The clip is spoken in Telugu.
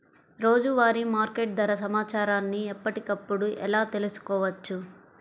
రోజువారీ మార్కెట్ ధర సమాచారాన్ని ఎప్పటికప్పుడు ఎలా తెలుసుకోవచ్చు?